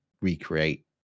recreate